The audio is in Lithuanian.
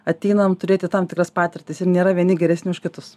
ateinam turėti tam tikras patirtis ir nėra vieni geresni už kitus